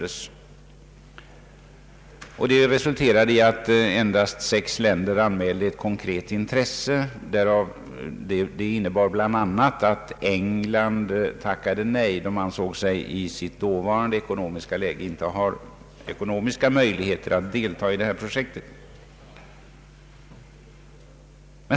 Det hela har resulterat i att endast sex länder anmält ett konkret intresse, Bland andra har England tackat nej, då England i sitt dåvarande ekonomiska läge inte ansåg sig ha möjligheter att delta i projektet.